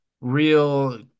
real